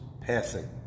passing